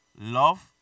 love